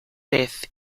death